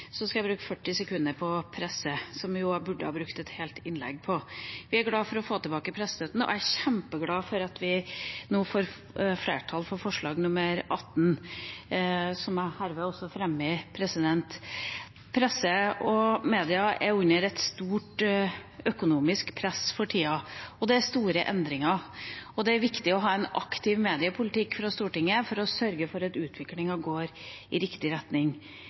Så skal jeg bruke 40 sekunder på presse, som jeg burde ha brukt et helt innlegg på. Vi er glade for å få tilbake pressestøtten, og jeg er kjempeglad for at vi nå får flertall for forslag nr. 18, som jeg herved også fremmer. Presse og media er under et stort økonomisk press for tida. Det er store endringer, og det er viktig å ha en aktiv mediepolitikk fra Stortinget for å sørge for at utviklingen går i riktig retning.